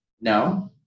no